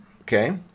Okay